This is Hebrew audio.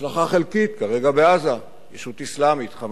בהצלחה חלקית, כרגע בעזה, ישות אסלאמית, "חמאסטן".